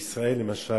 למשל,